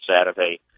Saturday